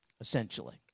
essentially